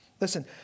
listen